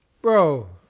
Bro